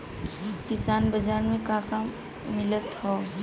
किसान बाजार मे का मिलत हव?